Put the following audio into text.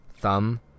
thumb